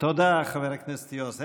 תודה לחבר הכנסת יועז הנדל.